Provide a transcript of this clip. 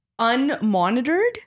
unmonitored